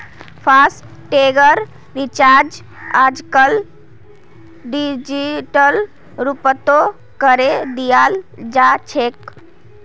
फासटैगेर recharge आजकल digital रूपतों करे दियाल जाछेक